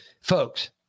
folks